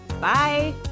Bye